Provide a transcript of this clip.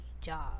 job